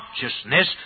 consciousness